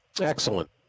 Excellent